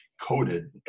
coated